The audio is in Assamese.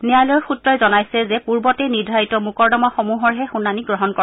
ন্যায়ালয়ৰ সূত্ৰই জনাইছে যে পূৰ্বতেই নিৰ্ধাৰিত মোকৰ্দমাসমূহৰহে শুনানী গ্ৰহণ কৰিব